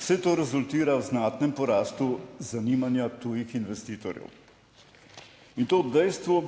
vse to rezultira v znatnem porastu zanimanja tujih investitorjev, in to ob dejstvu,